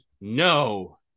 No